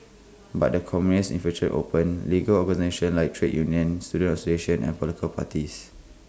but the communists infiltrated open legal organisations like trade unions student associations and political parties